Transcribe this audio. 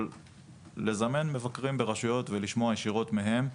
לזמן מבקרים ברשויות ולשמוע ישירות מהם.